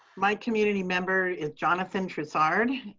my community member is jonathan treussard.